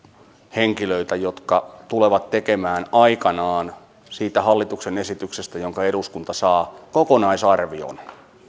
henkilöitä jotka tulevat tekemään aikanaan siitä hallituksen esityksestä jonka eduskunta saa kokonaisarvion